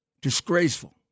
Disgraceful